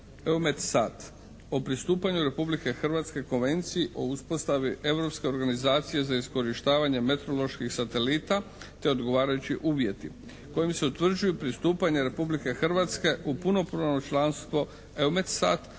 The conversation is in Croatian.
(EUMETSAT) o pristupanju Republike Hrvatske Konvenciji o uspostavi Europske organizacije za iskorištavanje meteoroloških satelita te odgovarajući uvjeti kojim se utvrđuju pristupanje Republike Hrvatske u punopravno članstvo EUMETSAT